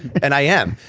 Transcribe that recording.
and i am.